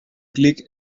klik